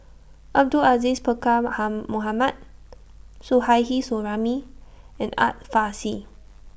Abdul Aziz Pakkeer Mohamed Suzairhe Sumari and Art Fazil